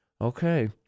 Okay